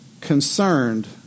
concerned